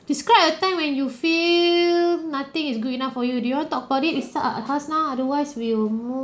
describe a time when you feel nothing is good enough for you do you wanna talk about it it's up hasna otherwise we'll move